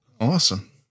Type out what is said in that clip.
Awesome